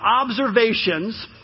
observations